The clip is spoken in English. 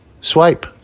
swipe